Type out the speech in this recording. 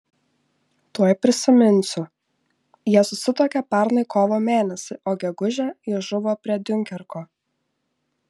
tuoj prisiminsiu jie susituokė pernai kovo mėnesį o gegužę jis žuvo prie diunkerko